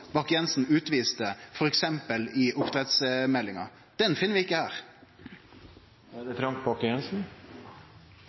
i samband med oppdrettsmeldinga? Den finn vi ikkje her.